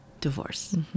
divorce